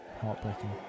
heartbreaking